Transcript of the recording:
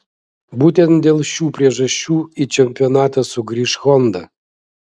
būtent dėl šių priežasčių į čempionatą sugrįš honda